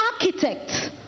architect